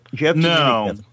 No